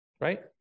right